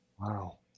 Wow